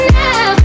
now